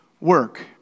work